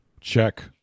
Check